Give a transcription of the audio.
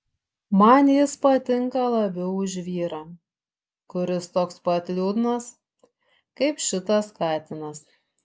man jis patinka labiau už vyrą kuris toks pat liūdnas kaip šitas katinas